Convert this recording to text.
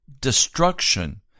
destruction